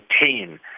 maintain